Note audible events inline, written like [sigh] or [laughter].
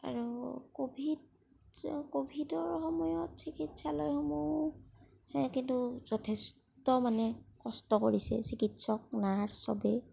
আৰু ক'ভিড [unintelligible] ক'ভিডৰ সময়ত চিকিৎসালয়সমূহহে কিন্তু যথেষ্ট মানে কষ্ট কৰিছে চিকিৎচক নাৰ্চ চবেই